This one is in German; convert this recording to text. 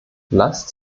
lasst